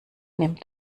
nimmt